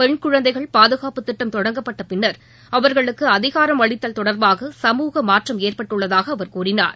பெண் குழந்தைகள் பாதுகாப்புத் திட்டம் தொடங்கப்பட்ட பின் அவா்களுக்கு அதிகாரம் அளித்தல் தொடர்பாக சமூக மாற்றம் ஏற்பட்டுள்ளதாக அவர் கூறினார்